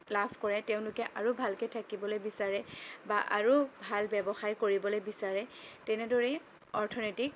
লাভ কৰে তেওঁলোকে আৰু ভালকৈ থাকিবলৈ বিচাৰে বা আৰু ভাল ব্যৱসায় কৰিবলৈ বিচাৰে তেনেদৰেই অৰ্থনীতি